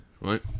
right